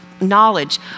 Knowledge